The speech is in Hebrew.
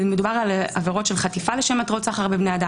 מדובר על עבירות של חטיפה לשם מטרות סחר בבני אדם,